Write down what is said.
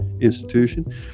institution